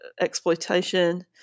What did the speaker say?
exploitation